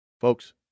folks